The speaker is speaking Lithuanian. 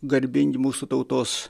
garbingi mūsų tautos